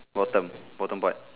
bottom bottom part